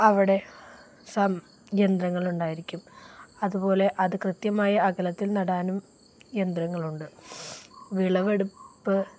അവിടെ സം യന്ത്രങ്ങളുണ്ടായിരിക്കും അതുപോലെ അത് കൃത്യമായ അകലത്തിൽ നടാനും യന്ത്രങ്ങളുണ്ട് വിളവെടുപ്പ്